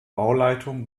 bauleitung